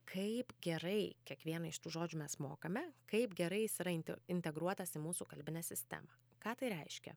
kaip gerai kiekvieną iš tų žodžių mes mokame kaip gerai jis yra in integruotas į mūsų kalbinę sistemą ką tai reiškia